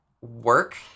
work